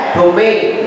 domain